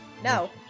No